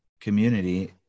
community